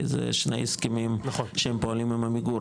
כי זה שני הסכמים שהם פועלים עם עמיגור,